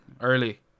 early